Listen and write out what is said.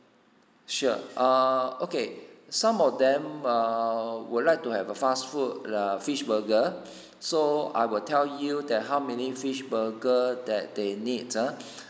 sure err okay some of them err would like to have a fast food lah fish burger so I will tell you that how many fish burger that they need ah